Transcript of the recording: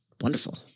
wonderful